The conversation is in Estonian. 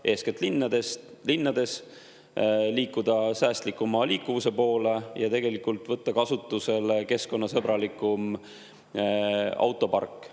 eeskätt linnades, liikuda säästlikuma liikuvuse poole ja võtta kasutusele keskkonnasõbralikum autopark.